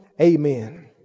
Amen